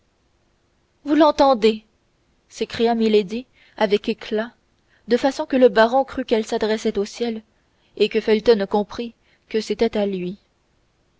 vous l'entendez s'écria milady avec éclat de façon que le baron crût qu'elle s'adressait au ciel et que felton comprît que c'était à lui